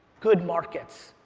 good markets.